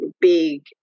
big